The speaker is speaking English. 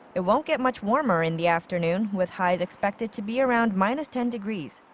it won't get much warmer in the afternoon, with highs expected to be around minus ten degrees.